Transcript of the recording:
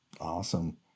Awesome